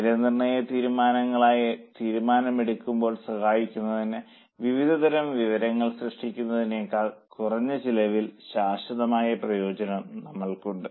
വിലനിർണ്ണയ തീരുമാനങ്ങൾക്കായി തീരുമാനമെടുക്കുന്നതിൽ സഹായിക്കുന്നതിന് വിവിധതരം വിവരങ്ങൾ സൃഷ്ടിക്കുന്നതിനേക്കാൾ കുറഞ്ഞ ചെലവിൽ ശാശ്വതമായ പ്രയോജനം നമ്മൾക്കുണ്ട്